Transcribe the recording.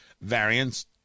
variants